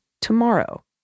tomorrow